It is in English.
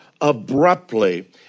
abruptly